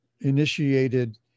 initiated